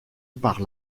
par